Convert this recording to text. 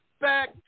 back